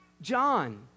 John